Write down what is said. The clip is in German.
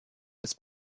des